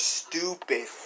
stupid